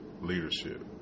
leadership